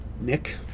Nick